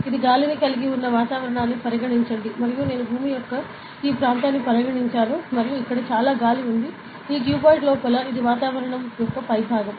ఇది గాలిని కలిగి ఉన్న వాతావరణాన్ని పరిగణించండి మరియు నేను భూమి యొక్క ఈ ప్రాంతాన్ని పరిగణించాను మరియు ఇక్కడ చాలా గాలి ఉంది ఈ క్యూబాయిడ్ లోపల ఇది వాతావరణం యొక్క పైభాగం